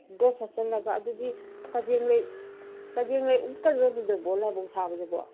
dress ꯁꯦꯠꯆꯜꯂꯒ ꯑꯗꯨꯗꯤ ꯀꯖꯦꯡꯂꯩ ꯀꯖꯦꯡꯂꯩ ꯎꯞꯀꯗ꯭ꯔꯥ ꯑꯗꯨꯗꯕꯣ ꯂꯥꯏꯕꯨꯡ ꯁꯥꯕꯗꯕꯣ